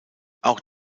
auch